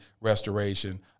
restoration